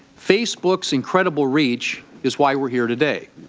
facebook's incredible reach is why we are here today.